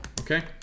Okay